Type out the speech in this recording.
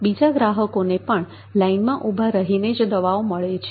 બીજા ગ્રાહકોને પણ લાઇનમાં ઉભા રહીને જ દવાઓ મળે છે